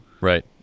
Right